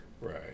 right